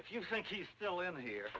if you think he's still in here